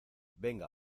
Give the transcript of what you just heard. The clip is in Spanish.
venga